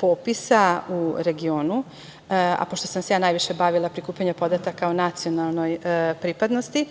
popisa u regionu, a pošto sam se ja najviše bavila prikupljanjem podataka o nacionalnoj pripadnosti,